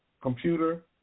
computer